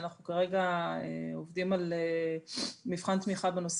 אנחנו כרגע עובדים על מבחן תמיכה בנושא